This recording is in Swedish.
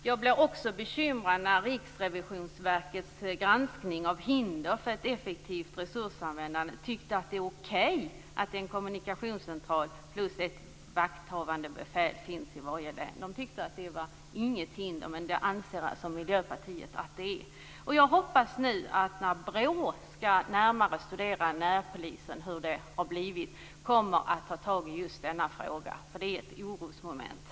Jag blir också bekymrad när Riksrevisionsverket i sin granskning av hinder för ett effektivt resursanvändande anger att man tycker att det är okej att det finns en kommunikationscentral plus ett vakthavande befäl i varje län. De tyckte att det inte finns några hinder för det, men Miljöpartiet anser alltså att det finns hinder för detta. Nu när BRÅ närmare skall studera närpolisen och hur det har blivit hoppas jag att man tar tag i just denna fråga, för den är ett orosmoment.